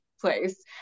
place